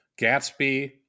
Gatsby